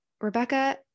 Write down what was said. Rebecca